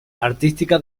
artística